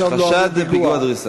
ברגע שאתה מדבר עכשיו.